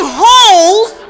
holes